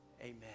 amen